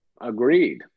Agreed